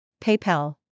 PayPal